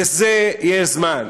לזה יש זמן.